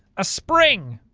a spring.